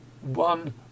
one